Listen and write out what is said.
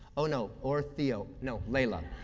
oh no, or theo, no, leila.